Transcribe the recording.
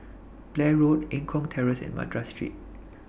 Blair Road Eng Kong Terrace and Madras Street